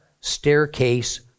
staircase